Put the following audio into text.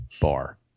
bar